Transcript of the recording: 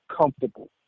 comfortable